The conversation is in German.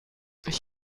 ich